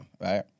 Right